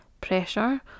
pressure